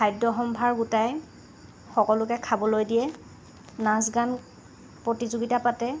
খাদ্য সম্ভাৰ গোটাই সকলোকে খাবলৈ দিয়ে নাচ গান প্ৰতিযোগিতা পাতে